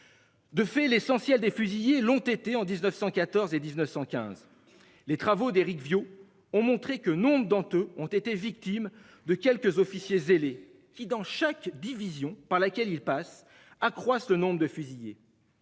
De fait, l'essentiel des fusillés l'ont été en 1914 et 1915. Les travaux d'Éric Viot, ont montré que nombre d'entre eux ont été victimes de quelques officiers zélé qui dans chaque division par laquelle il passe accroissent le nombre de fusiller.